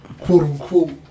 quote-unquote